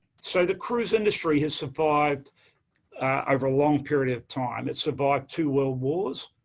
so, the cruise industry has survived over a long period of time. it survived two world wars,